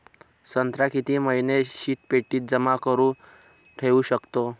संत्रा किती महिने शीतपेटीत जमा करुन ठेऊ शकतो?